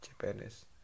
Japanese